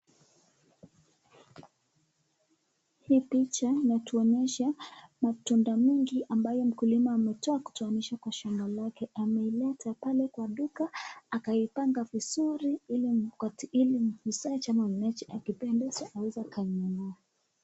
Hii picha inatuonyesha matunda mingi ambayo mkulima ametoa kutoanisha kwa shamba lake. Ameileta pale kwa duka akaipanga vizuri iki mkot ili muuzaji ama mnunuaji akipendezwa, aweze akanunua.